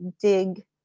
dig